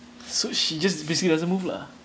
so she just basically doesn't move lah